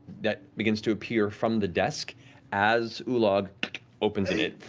that begins to appear from the desk as ulog opens it.